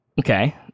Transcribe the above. Okay